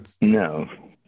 No